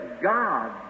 God